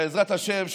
בעזרת השם.